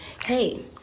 hey